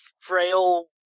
frail